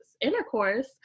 intercourse